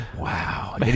Wow